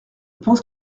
pense